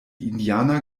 indianer